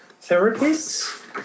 therapists